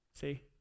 See